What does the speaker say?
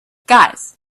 guys